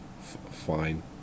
fine